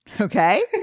Okay